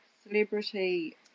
Celebrity